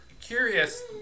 curious